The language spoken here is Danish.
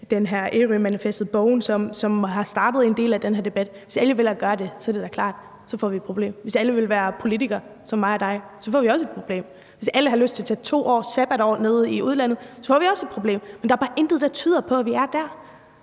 den her bog, »Ærø Manifestet«, som har startet en del af den her debat, så er det da klart, at vi får et problem. Hvis alle vil være politikere som mig og dig, får vi også et problem. Hvis alle har lyst til at tage 2 sabbatår i udlandet, får vi også et problem. Men der er bare intet, der tyder på, at vi er dér.